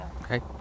Okay